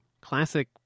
classic